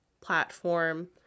platform